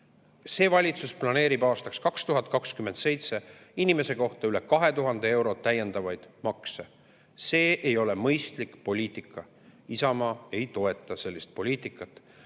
See valitsus planeerib aastaks 2027 inimese kohta üle 2000 euro täiendavaid makse. See ei ole mõistlik poliitika. Isamaa ei toeta sellist poliitikat,